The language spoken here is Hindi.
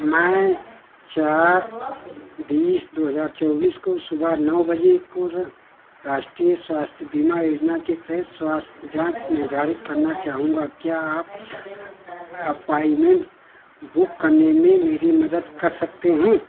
मैं चार बीस दो हज़ार चौबीस को सुबह नौ बजे को राष्ट्रीय स्वास्थ्य बीमा योजना के तहत स्वास्थ्य जाँच निर्धारित करना चाहूँगा क्या आप अपॉइमेंट बुक करने में मेरी मदद कर सकते हैं